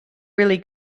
really